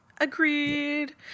Agreed